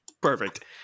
Perfect